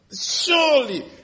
surely